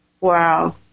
Wow